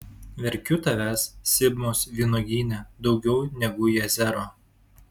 verkiu tavęs sibmos vynuogyne daugiau negu jazero